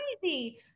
crazy